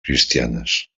cristianes